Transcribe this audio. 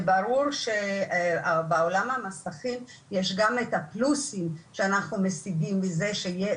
זה ברור שבעולם המסכים יש גם את הפלוסים שאנחנו משיגים מזה שילד,